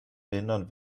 behindern